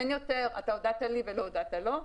אין יותר, אתה הודעת לי ולא הודעת לו.